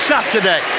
Saturday